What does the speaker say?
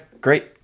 great